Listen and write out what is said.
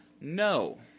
No